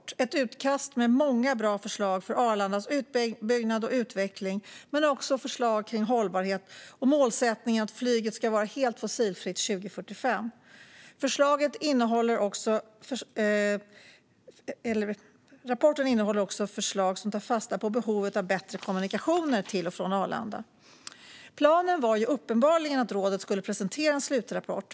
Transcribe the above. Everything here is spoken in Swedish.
Det är ett utkast med många bra förslag för Arlandas utbyggnad och utveckling, men också förslag kring hållbarhet och målsättningen att flyget ska vara helt fossilfritt 2045. Rapporten innehåller också förslag som tar fasta på behovet av bättre kommunikationer till och från Arlanda. Planen var uppenbarligen att rådet skulle presentera en slutrapport.